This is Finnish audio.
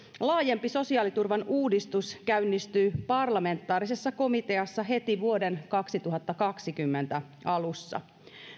laajempi sosiaaliturvan uudistus käynnistyy parlamentaarisessa komiteassa heti vuoden kaksituhattakaksikymmentä alussa